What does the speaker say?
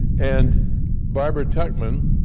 and barbara tuchman,